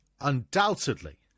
undoubtedly